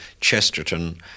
Chesterton